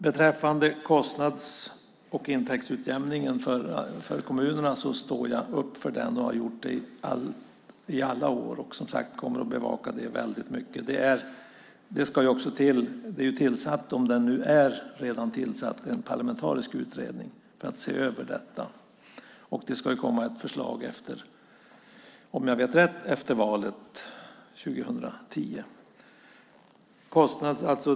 Beträffande kostnads och intäktsutjämningen för kommunerna står jag upp för den och har gjort det i alla år, och som sagt kommer jag att bevaka den väldigt mycket. Det ska tillsättas en parlamentarisk utredning för att se över detta - den kanske redan är tillsatt. Det ska komma ett förslag efter valet 2010, såvitt jag vet.